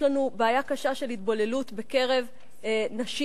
יש לנו בעיה קשה של התבוללות בקרב נשים,